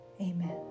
amen